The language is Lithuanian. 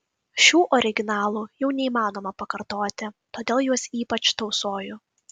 šių originalų jau neįmanoma pakartoti todėl juos ypač tausoju